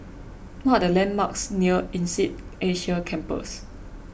what are the landmarks near Insead Asia Campus